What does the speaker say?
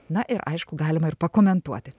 na ir aišku galima ir pakomentuoti